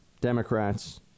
Democrats